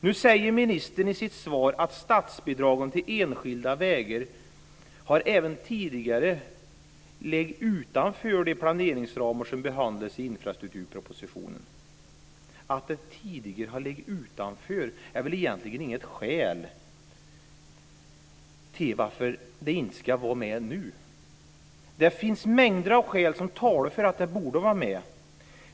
Nu säger ministern i sitt svar att statsbidragen till enskilda vägar även tidigare har legat utanför de planeringsramar som behandlas i infrastrukturpropositionen. Att de tidigare har legat utanför är väl egentligen inget skäl för att de inte ska vara med nu! Det finns mängder av skäl som talar för att bidragen borde vara med.